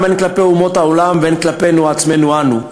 הן כלפי אומות העולם והן כלפי עצמנו אנו,